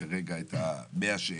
כרגע את ה-100 שאין.